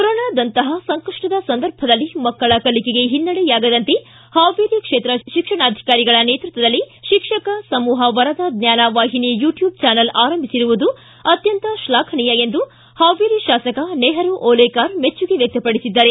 ಕೊರೋನಾದಂತಹ ಸಂಕಷ್ಷದ ಸಂದರ್ಭದಲ್ಲಿ ಮಕ್ಕಳ ಕಲಿಕೆಗೆ ಹಿನ್ನಡೆಯಾಗದಂತೆ ಹಾವೇರಿ ಕ್ಷೇತ್ರ ಶಿಕ್ಷಣಾಧಿಕಾರಿಗಳ ನೇತೃತ್ವದಲ್ಲಿ ಶಿಕ್ಷಕ ಸಮೂಹ ವರದಾ ಜ್ಙಾನ ವಾಹಿನಿ ಯುಟ್ಟೂಬ್ ಚಾನಲ್ ಆರಂಭಿಸಿರುವುದು ಅತ್ತಂತ ಶ್ಲಾಘನೀಯ ಎಂದು ಹಾವೇರಿ ಶಾಸಕ ನೆಹರು ಓಲೇಕಾರ ಮೆಚ್ಚುಗೆ ವ್ಚಕ್ತಪಡಿಸಿದ್ದಾರೆ